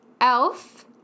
Elf